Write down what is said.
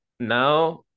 now